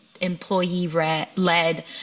employee-led